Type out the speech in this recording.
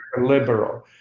liberal